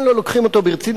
לכן לא לוקחים אותו ברצינות,